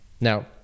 Now